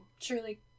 truly